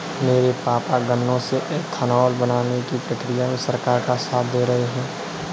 मेरे पापा गन्नों से एथानाओल बनाने की प्रक्रिया में सरकार का साथ दे रहे हैं